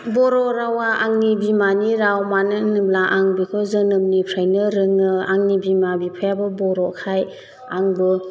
बर' रावा आंनि बिमानि राव मानो होनोब्ला आं बेखौ जोनोमनिफ्रायनो रोङो आंनि बिमा बिफायाबो बर'खाय आंबो